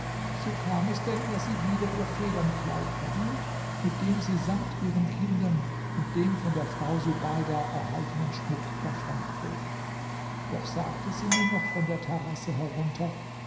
so kam es denn daß sie wieder ihr federnkleid erhielt mit dem sie samt ihren kindern und dem von der frau subeida erhaltenen schmuck davonflog doch sagte sie mir noch von der terrasse herunter